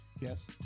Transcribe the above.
yes